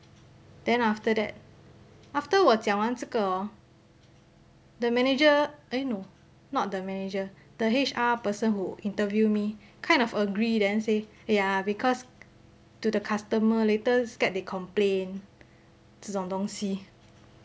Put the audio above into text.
then after that after 我讲完这个 hor the manager eh no not the manager the H_R person who interview me kind of agree then say ya because to the customer later scared they complain 这种东西